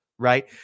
right